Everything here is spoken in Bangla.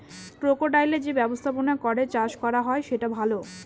ক্রোকোডাইলের যে ব্যবস্থাপনা করে চাষ করা হয় সেটা ভালো